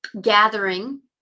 gathering